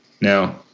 Now